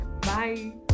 bye